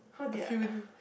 a few